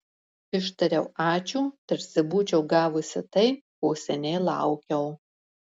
ištariau ačiū tarsi būčiau gavusi tai ko seniai laukiau